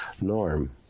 norm